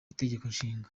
itegekonshinga